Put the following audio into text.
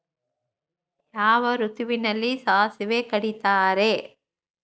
ಯಾವ ಋತುವಿನಲ್ಲಿ ಸಾಸಿವೆ ಕಡಿತಾರೆ?